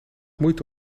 moeite